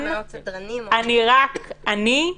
אני רק אני,